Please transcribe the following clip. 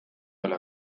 üle